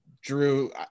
Drew